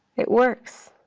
it works.